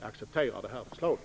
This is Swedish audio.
acceptera det här förslaget.